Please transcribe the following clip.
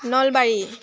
Nalbari